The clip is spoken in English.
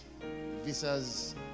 visas